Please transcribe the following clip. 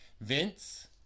Vince